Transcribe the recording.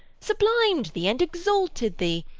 sublimed thee, and exalted thee,